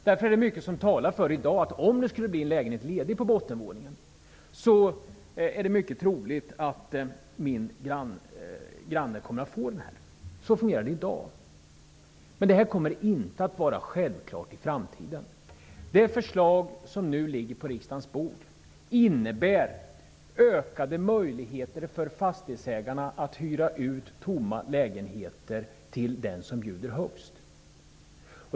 Därför är det mycket som i dag talar för att min granne, om en lägenhet på bottenvåningen skulle bli ledig, får denna. Så fungerar det i dag. Men det här kommer inte att vara en självklarhet i framtiden. Det förslag som nu ligger på riksdagens bord innebär ökade möjligheter för fastighetsägarna att hyra ut tomma lägenheter till den som bjuder högst.